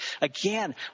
Again